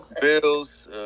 Bills